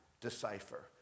decipher